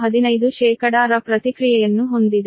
u 15 ರ ಪ್ರತಿಕ್ರಿಯೆಯನ್ನು ಹೊಂದಿದೆ